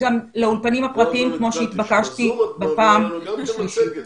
גם לאולפנים הפרטיים כמו שהתבקשתי בפעם השלישית.